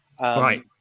right